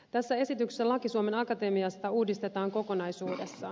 tässä esityksessä laki suomen akatemiasta uudistetaan kokonaisuudessaan